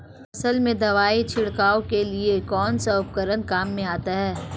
फसल में दवाई छिड़काव के लिए कौनसा उपकरण काम में आता है?